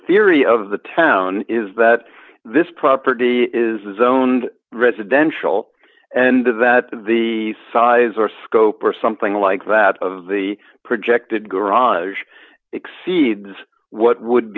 theory of the town is that this property is owned residential and to that the size or scope or something like that of the projected garage exceeds what would